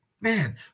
man